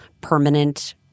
permanent—